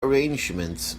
arrangements